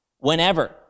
Whenever